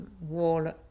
wall